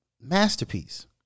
Masterpiece